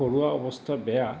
ঘৰুৱা অৱস্থা বেয়া